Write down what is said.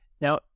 Now